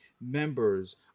members